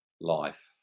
life